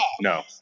No